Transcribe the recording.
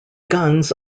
guns